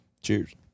cheers